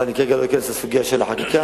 אבל אני לא רוצה להיכנס לסוגיה של החקיקה.